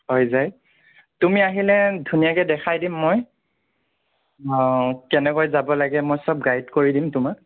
হৈ যায় তুমি আহিলে ধুনীয়াকৈ দেখাই দিম মই কেনেকৈ যাব লাগে মই চব গাইড কৰি দিম তোমাক